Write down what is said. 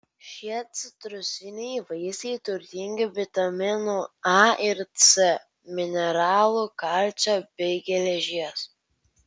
šie citrusiniai vaisiai turtingi vitaminų a ir c mineralų kalcio bei geležies